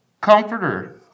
Comforter